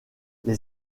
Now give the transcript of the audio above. les